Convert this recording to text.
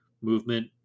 movement